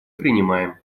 принимаем